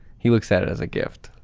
he looks at it as a gift,